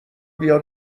بیا